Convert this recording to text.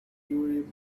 urim